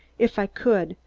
if i could,